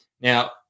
now